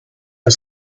for